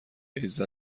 ایدز